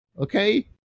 Okay